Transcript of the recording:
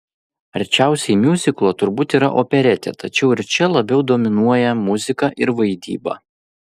arčiausiai miuziklo turbūt yra operetė tačiau ir čia labiau dominuoja muzika ir vaidyba